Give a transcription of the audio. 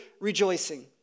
rejoicing